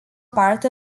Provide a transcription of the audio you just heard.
part